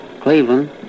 Cleveland